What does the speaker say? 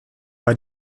bei